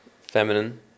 feminine